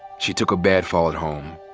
she took a bad fall at home,